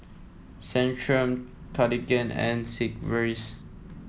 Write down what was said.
Centrum Cartigain and Sigvaris